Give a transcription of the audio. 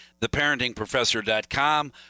theparentingprofessor.com